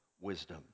wisdom